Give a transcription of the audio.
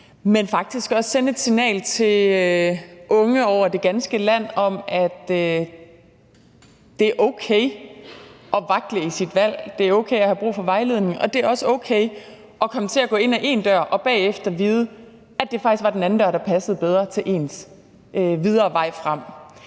også sende et signal til unge over det ganske land om, at det er okay at vakle i sit valg, at det er okay at have brug for vejledning, og at det også er okay at komme til at gå ind ad én dør og bagefter vide, at det faktisk var den anden dør, der passede bedre til ens videre vej frem.